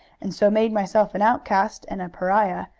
and so made myself an outcast and a pariah,